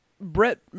Brett